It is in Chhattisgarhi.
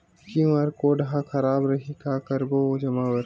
क्यू.आर कोड हा खराब रही का करबो जमा बर?